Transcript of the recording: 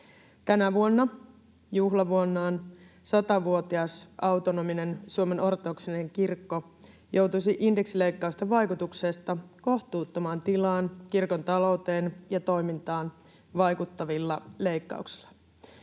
Tänä vuonna, juhlavuonnaan, 100-vuotias autonominen Suomen ortodoksinen kirkko joutuisi indeksileikkausten vaikutuksesta kohtuuttomaan tilaan kirkon talouteen ja toimintaan vaikuttavilla leikkauksilla.